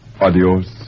Adios